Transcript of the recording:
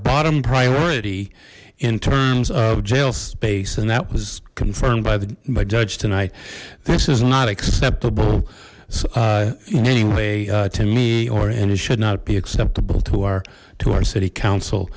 bottom priority in terms of jail space and that was confirmed by the my judge tonight this is not acceptable in any way to me or and it should not be acceptable to our to our city council